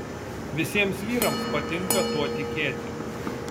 visiems vyrams patinka tuo tikėti